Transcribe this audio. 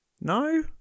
No